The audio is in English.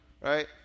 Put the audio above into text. right